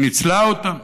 ניצלה אותם,